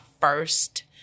first